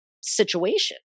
situation